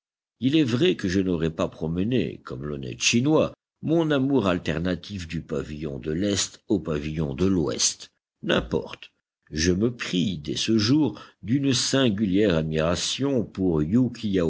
il est vrai que je n'aurais pas promené comme l'honnête chinois mon amour alternatif du pavillon de l'est au pavillon de l'ouest n'importe je me pris dès ce jour d'une singulière admiration pour